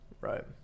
Right